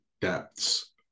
depths